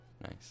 Nice